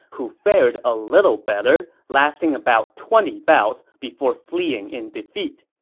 who fared a little better, lasting about twenty bouts before fleeing in defeat.